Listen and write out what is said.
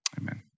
amen